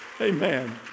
Amen